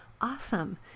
awesome